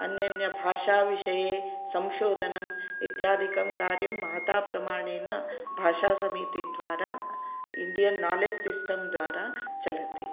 अन्य अन्य भाषा विषये संशोधनं इत्यादिकं कार्यं महता प्रमाणेन भाषा समीति द्वारा इण्डियन् नालेज् सिस्टेम् द्वारा चलति